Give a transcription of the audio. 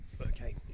okay